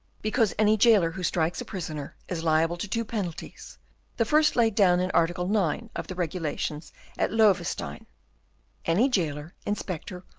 because any jailer who strikes a prisoner is liable to two penalties the first laid down in article nine of the regulations at loewestein any jailer, inspector,